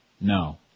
No